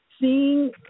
seeing